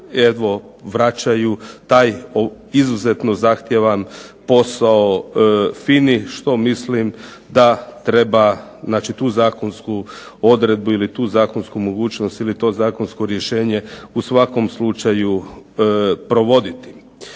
vraćaju taj izuzetno zahtjevan posao FIN-i što mislim da treba, znači tu zakonsku odredbu ili tu zakonsku mogućnost ili to zakonsko rješenje u svakom slučaju provoditi.